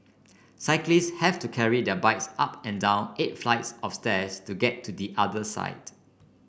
cyclists have to carry their bikes up and down eight flights of stairs to get to the other side